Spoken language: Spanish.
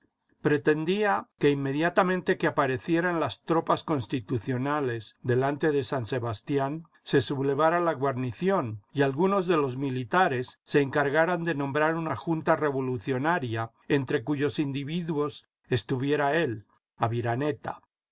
pretendía que inmediatamente que aparecieran las tropas constitucionales delante de san sebastián se sublevara la guarnición y algunos de los militares se encargaran de nombrar una junta revolucionaria entre cuyos individuos estuviera él aviraneta